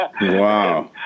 Wow